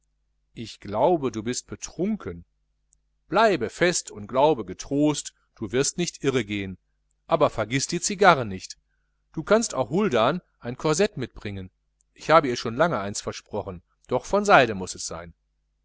ich glaube du bist betrunken bleibe fest und glaube getrost du wirst nicht irre gehn aber vergiß die cigarren nicht du kannst auch huldan ein corsett mitbringen ich habs ihr schon lange versprochen doch von seide muß es sein